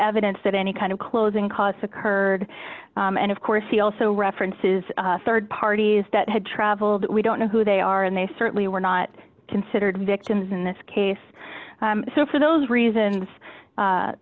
evidence that any kind of closing costs occurred and of course he also references rd parties that had traveled we don't know who they are and they certainly were not considered victims in this case so for those reasons